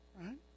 right